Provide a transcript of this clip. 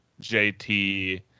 JT